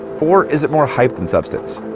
or is it more hype than substance?